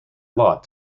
lot